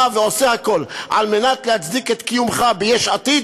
בא ועושה הכול על מנת להצדיק את קיומך ביש עתיד.